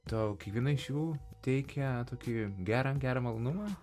tau kiekviena iš jų teikia tokį gerą gerą malonumą